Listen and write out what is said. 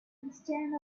instead